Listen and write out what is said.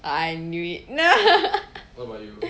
I knew it